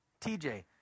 TJ